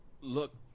look